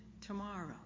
tomorrow